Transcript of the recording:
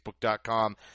facebook.com